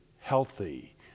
healthy